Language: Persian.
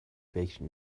فکر